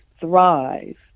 thrive